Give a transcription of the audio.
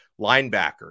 Linebacker